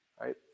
right